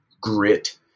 grit